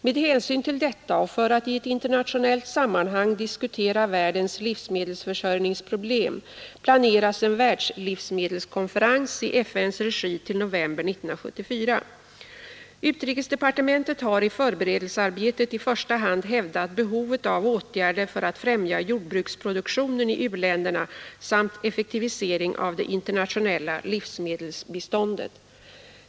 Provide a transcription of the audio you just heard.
Med hänsyn till detta, och för att i ett internationellt sammanhang diskutera världens livsmedelsförsörjningsproblem, planeras en världslivsmedelskonferens i FN:s regi till november 1974. Utrikesdepartementet har i förberedelsearbetet i första hand hävdat behovet av åtgärder för att främja jordbruksproduktionen i u-länderna samt effektiviseringen av det internationella livsmedelsbiståndet.